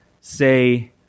say